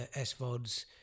SVODs